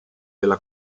della